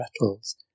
rattles